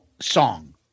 song